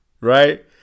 right